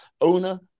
owner